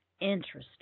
Interesting